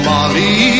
Molly